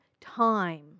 time